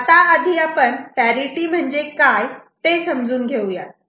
आता आधी आपण पॅरिटि म्हणजे काय ते समजून घेऊयात